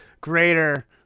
greater